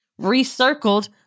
recircled